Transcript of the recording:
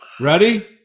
Ready